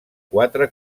quatre